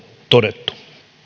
todettu